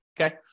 okay